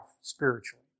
spiritually